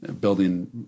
building